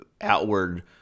outward